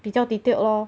比较 detailed lor